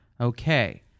Okay